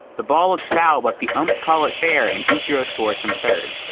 the ball looks foul but the umps call it fair and ichiro score some third.